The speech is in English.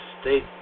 state